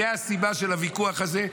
זאת הסיבה של הוויכוח הזה,